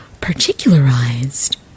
particularized